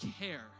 care